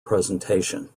presentation